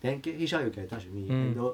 then get H_R to get in touch with me and the